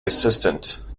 assistant